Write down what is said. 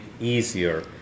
easier